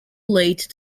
late